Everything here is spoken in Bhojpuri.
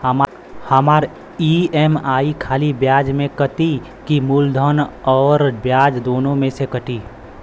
हमार ई.एम.आई खाली ब्याज में कती की मूलधन अउर ब्याज दोनों में से कटी?